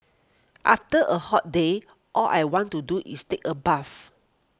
after a hot day all I want to do is take a bath